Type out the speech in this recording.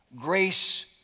grace